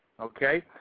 okay